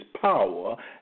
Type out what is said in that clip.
power